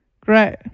great